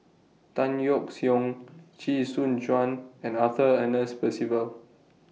Tan Yeok Seong Chee Soon Juan and Arthur Ernest Percival